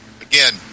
Again